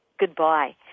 Goodbye